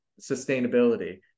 sustainability